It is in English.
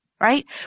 right